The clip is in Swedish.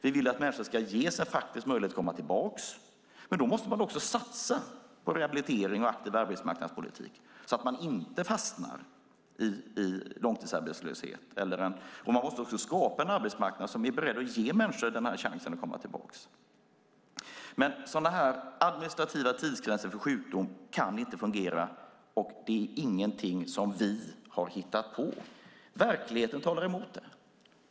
Vi vill att människor ska ges en faktisk möjlighet att komma tillbaka, men då måste man också satsa på rehabilitering och en aktiv arbetsmarknadspolitik så att de inte fastnar i långtidsarbetslöshet. Man måste också skapa en arbetsmarknad som är beredd att ge människor den här chansen att komma tillbaka. Sådana här administrativa tidsgränser för sjukdom kan inte fungera, och det är ingenting som vi har hittat på. Verkligheten talar emot det.